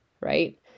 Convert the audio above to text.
right